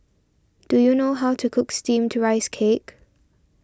do you know how to cook Steamed Rice Cake